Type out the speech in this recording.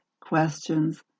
questions